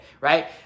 right